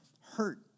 hurt